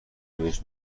بهش